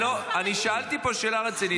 לא, אני שאלתי פה שאלה רצינית.